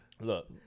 Look